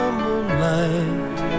moonlight